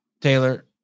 Taylor